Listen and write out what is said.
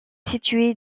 située